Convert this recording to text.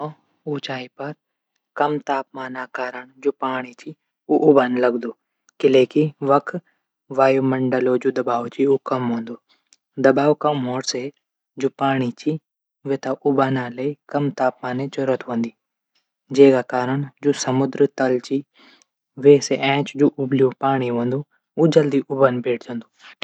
ऊचांई पर कम तापमान कारण जू पाणी उबलण लगदू किलैकी वख वायुमंडल जू दवाब च ऊ कम होंदू। दवाब कम होंण से पाणी तै उबलण तै कम तापमाने जरूरत होंदी। जैका कारण जू समुद्रीतल च वे से ऐंच जू उबल्यूं पाणी हूंदू। ऊ जल्दी उबलण बै जांदू।